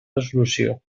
resolució